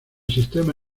sistema